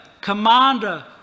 commander